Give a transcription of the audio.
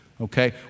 Okay